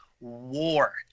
war